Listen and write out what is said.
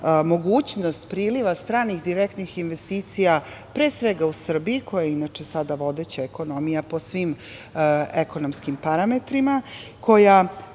mogućnost priliva stranih direktnih investicija pre svega u Srbiji, koja je inače sada vodeća ekonomija po svim ekonomskim parametrima, koja